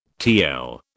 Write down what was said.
TL